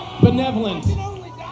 Benevolent